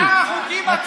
בשאר החוקים את אילמת, הא?